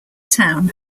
town